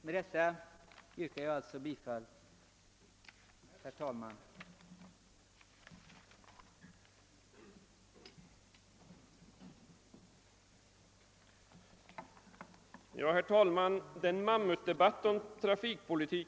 Med det anförda ber jag att få yrka bifall till utskottets hemställan.